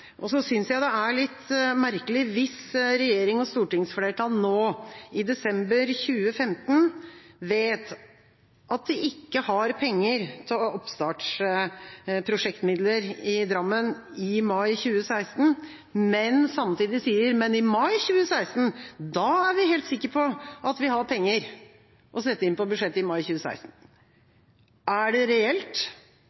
det er litt merkelig hvis regjering og stortingsflertall nå i desember 2015 vet at de ikke har penger til oppstartsprosjektmidler i Drammen i mai 2016, men samtidig sier: Men i mai 2016, da er vi helt sikre på at vi har penger å sette inn i revidert budsjett. Er det reelt at det kommer i revidert budsjett, eller er det